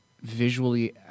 visually